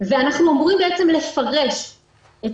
ואמורים לפרש את